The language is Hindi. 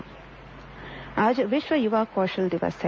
विश्व युवा कौशल दिवस आज विश्व युवा कौशल दिवस है